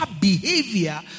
behavior